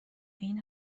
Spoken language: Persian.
این